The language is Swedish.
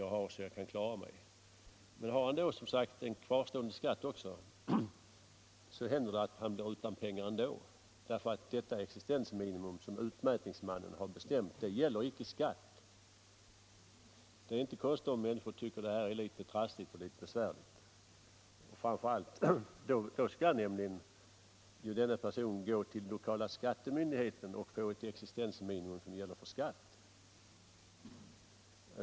Men har han, som sagt, också en kvarstående skatt, händer det att han blir utan pengar ändå, eftersom det existensminimum som utmätningsmannen har bestämt icke gäller skatt. Det är inte konstigt om människor tycker att detta är litet trassligt och besvärligt. I detta läge skall personen gå till lokala skattemyndigheten för att få ett existensminimum som gäller för skatt.